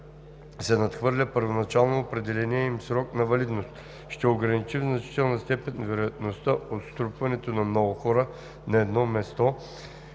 се надхвърля първоначално определеният им срок на валидност, ще ограничи в значителна степен вероятността от струпването на много хора на едно място,